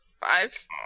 Five